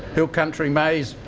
hill country maize,